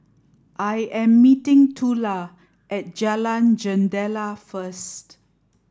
I am meeting Tula at Jalan Jendela first